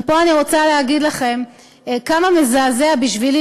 ופה אני רוצה להגיד לכם כמה מזעזע בשבילי